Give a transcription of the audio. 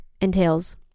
entails